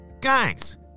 Guys